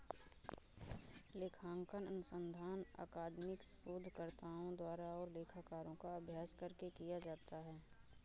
लेखांकन अनुसंधान अकादमिक शोधकर्ताओं द्वारा और लेखाकारों का अभ्यास करके किया जाता है